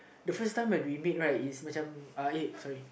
the first time I remade right is uh sorry